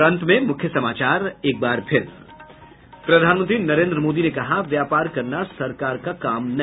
और अब अंत में मुख्य समाचार प्रधानमंत्री नरेन्द्र मोदी ने कहा व्यापार करना सरकार का काम नहीं